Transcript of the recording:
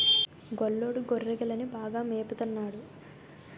గొల్లోడు గొర్రెకిలని బాగా మేపత న్నాడు